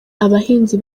abahinzi